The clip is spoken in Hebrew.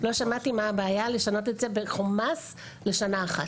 לא שמעתי מה הבעיה לשנות את זה בחומ״ס לשנה אחת.